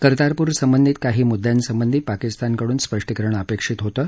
कर्तारपूर संबंधित काही मुद्यांसंबंधी पाकिस्तानकडून स्पष्टीकरण अपेक्षित होतं